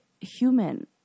human